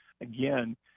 again